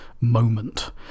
moment